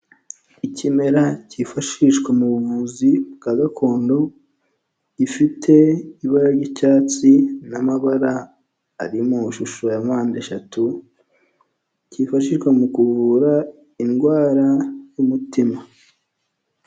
Ikimera cyifashishwa mu buvuzi bwa gakondo, gifite ibara ry'icyatsi n'amabara ari mu ishusho ya mpande eshatu, kifashishwa mu kuvura indwara y'umutima.